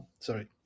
Sorry